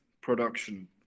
production